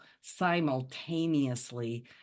simultaneously